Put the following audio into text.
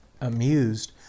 amused